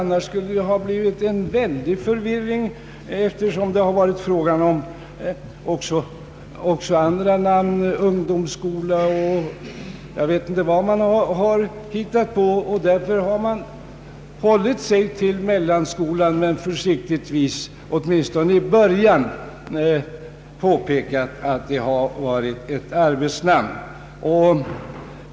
Annars skulle det ha blivit en fullständig förvirring, eftersom det också varit fråga om andra namn — ungdomsskola och vad man har hittat på. Därför har man hållit sig till mellanskolan men försiktigtvis — åtminstone i början — på pekat att det varit ett arbetsnamn.